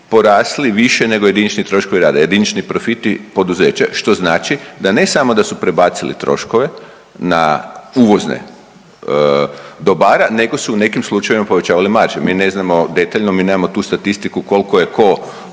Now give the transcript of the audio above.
porasli više nego jedinični troškovi rada, jedinični profiti poduzeća, što znači da ne samo da su prebacili troškove na uvozne dobara nego su u nekim slučajevima povećavali marže. Mi ne znamo detaljno, mi nemamo tu statistiku kolko je ko